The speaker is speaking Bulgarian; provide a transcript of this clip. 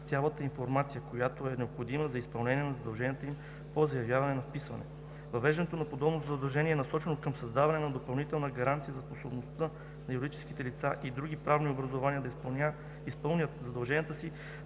цялата информация, която е необходима, за изпълнение на задълженията им по заявяване на вписване. Въвеждането на подобно задължение е насочено към създаване на допълнителни гаранции за способността на юридическите лица и други правни образувания да изпълнят задълженията си